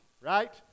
right